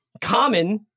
Common